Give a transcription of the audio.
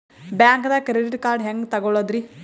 ಬ್ಯಾಂಕ್ದಾಗ credit card ಹೆಂಗ್ ತಗೊಳದ್ರಿ?